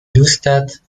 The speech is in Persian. دوستت